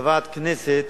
הכנסת